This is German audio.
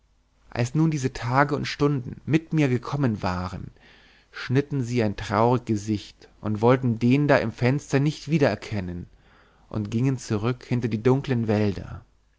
als nun diese tage und stunden mit mir gekommen waren schnitten sie ein traurig gesicht und wollten den da im fenster nicht wiederkennen und gingen zurück hinter die dunklen wälder